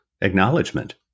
acknowledgement